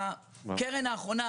הקרן האחרונה,